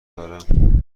دارم